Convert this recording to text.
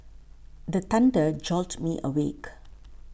the thunder jolt me awake